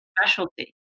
specialty